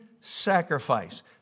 sacrifice